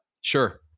sure